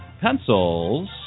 pencils